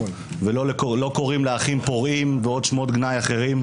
ולא קוראים לאחים פורעים ועוד שמות גנאי אחרים.